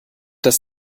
das